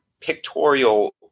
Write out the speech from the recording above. pictorial